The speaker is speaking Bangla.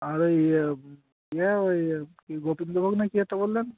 আর ওই ইয়ে ওই কী গোবিন্দভোগ না কী একটা বললেন